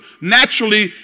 naturally